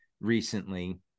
recently